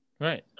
Right